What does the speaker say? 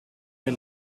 mir